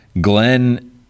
Glenn